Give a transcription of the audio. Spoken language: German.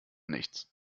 nichts